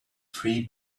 three